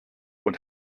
und